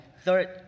Third